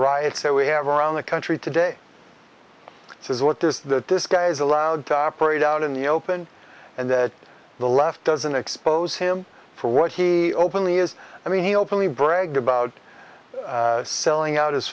riots that we have around the country today which is what there is that this guy is allowed to operate out in the open and that the left doesn't expose him for what he openly is i mean he openly bragged about selling out his